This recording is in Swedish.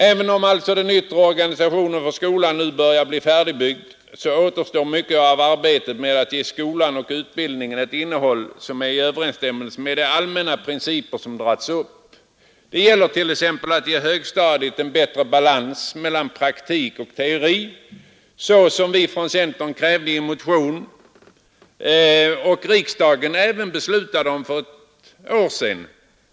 Även om alltså den yttre organisationen för skolan nu börjar bli färdigbyggd återstår mycket av arbetet med att ge skolan och utbildningen ett innehåll som är i överensstämmelse med de allmänna principer som dragits upp. Det gäller t.ex. att ge högstadiet en bättre balans mellan praktik och teori, så som vi från centern krävde i en motion och riksdagen även beslutade om för ett år sedan.